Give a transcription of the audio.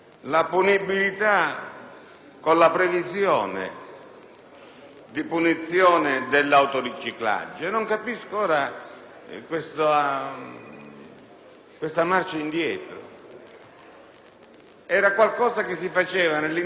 di punizione delll'autoriciclaggio. Non capisco ora questa marcia indietro rispetto ad un qualcosa che si faceva nell'interesse condiviso da parte di tutti;